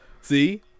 See